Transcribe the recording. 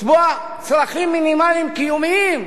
לתבוע צרכים מינימליים קיומיים.